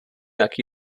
jaký